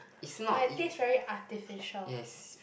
uh it taste very artificial